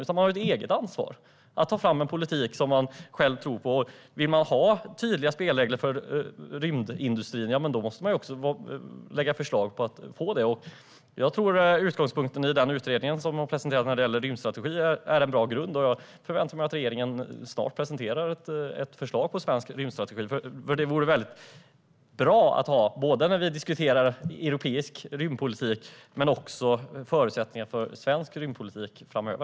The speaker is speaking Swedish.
Man har ett eget ansvar för att ta fram en politik som man själv tror på. Vill man ha tydliga spelregler för rymdindustrin måste man också lägga fram förslag om det. Jag tror att utgångspunkten i den utredning som har presenterats när det gäller en rymdstrategi är en bra grund. Jag förväntar mig att regeringen snart presenterar ett förslag till svensk rymdstrategi. Det vore väldigt bra att ha en sådan när vi diskuterar både europeisk rymdpolitik och förutsättningarna för svensk rymdpolitik framöver.